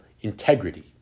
integrity